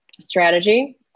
strategy